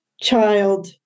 child